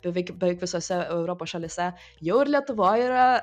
beveik beveik visose europos šalyse jau ir lietuvoj yra